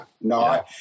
No